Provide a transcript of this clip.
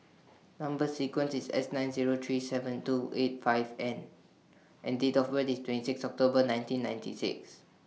Number sequence IS S nine Zero three seven two eight five N and Date of birth IS twenty six October nineteen ninety six